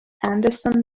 anderson